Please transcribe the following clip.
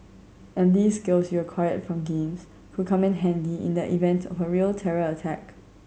and these skills you acquired from games could come in handy in the event a real terror attack